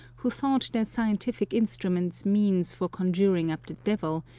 who thought their scientific instruments means for con juring up the devil,